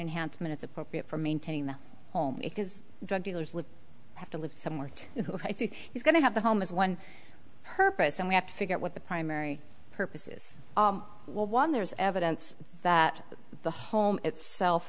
enhanced minutes appropriate for maintaining the home because drug dealers would have to live somewhere to who is going to have a home is one purpose and we have to figure out what the primary purposes one there's evidence that the home itself